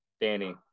Danny